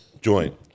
joint